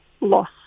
loss